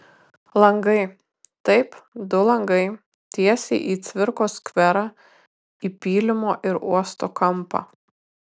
langai taip du langai tiesiai į cvirkos skverą į pylimo ir uosto kampą